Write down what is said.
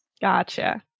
Gotcha